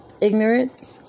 ignorance